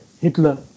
Hitler